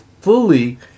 fully